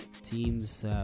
teams